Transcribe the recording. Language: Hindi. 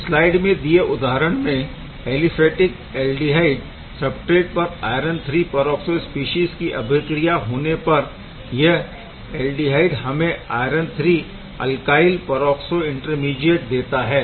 इस स्लाइड में दिये उदाहरण में ऐलीफैटिक ऐल्डिहाइड सबस्ट्रेट पर आयरन III परऑक्सो स्पीशीज़ की अभिक्रिया होने पर यह ऐल्डिहाइड हमें iron III alkyl peroxo intermediate देता है